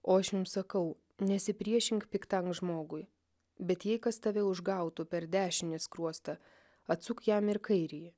o aš jums sakau nesipriešink piktam žmogui bet jei kas tave užgautų per dešinį skruostą atsuk jam ir kairįjį